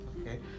okay